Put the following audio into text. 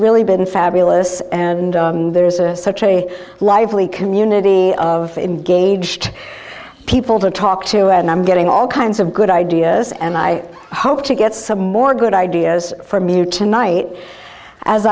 been fabulous and there is a such a lively community of engaged people to talk to and i'm getting all kinds of good ideas and i hope to get some more good ideas for me tonight as